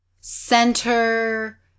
center